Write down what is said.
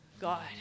God